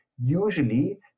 Usually